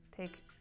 take